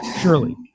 surely